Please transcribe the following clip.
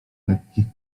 lekkich